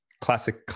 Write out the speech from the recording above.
classic